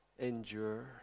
endure